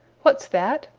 what's that?